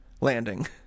landing